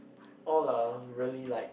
all are really like